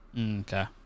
Okay